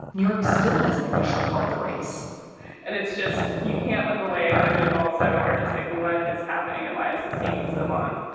new york still hasn't officially called the race and it's just you can't look away, but you also are just like what is happening and why is it taking so long?